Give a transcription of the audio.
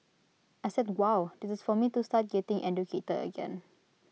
I said wow this is for me to start getting educated again